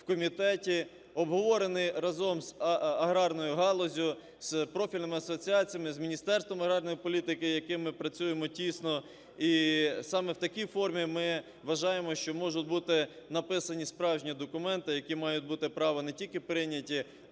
в комітеті, обговорений разом з аграрною галуззю, з профільними асоціаціями, з Міністерством аграрної політики, з яким ми працюємо тісно. І саме в такій формі ми вважаємо, що можуть бути написані справжні документи, які мають бути право не тільки прийняті,